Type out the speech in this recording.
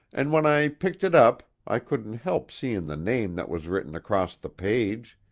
an' when i picked it up i couldn't help seein' the name that was written across the page.